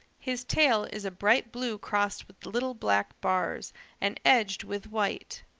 his tail is a bright blue crossed with little black bars and edged with white.